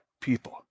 people